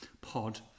pod